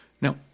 Now